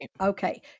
okay